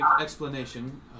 explanation